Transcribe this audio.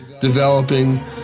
developing